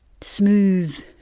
smooth